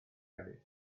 hefyd